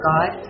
God